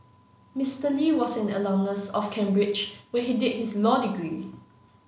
Mister Lee was an alumnus of Cambridge where he did his law degree